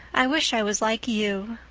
i wish i was like you,